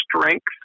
strength